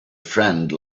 friend